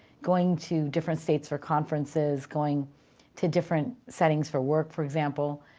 going to different states for conferences, going to different settings for work, for example.